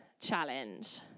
challenge